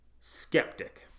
skeptic